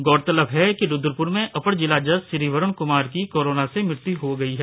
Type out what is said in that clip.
गौरतलब है कि रुद्रपुर में अपर जिला जज श्री वरुण कुमार की कोरोना से मृत्यु हो गई है